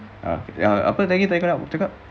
apa tadi kau nak cakap